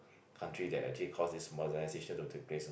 country that it actually causes modernisation to take place lah